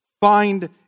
find